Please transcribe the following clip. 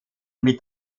mit